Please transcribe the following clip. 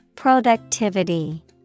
productivity